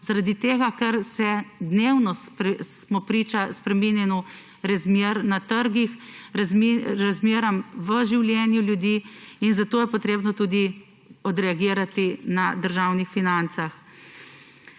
tega ker smo dnevno priča spreminjanju razmer na trgih, razmer v življenju ljudi. Zato je potrebno tudi odreagirati na državnih financah.